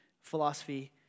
philosophy